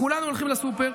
כולנו הולכים לסופר,